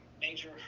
major